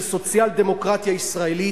של סוציאל-דמוקרטיה ישראלית,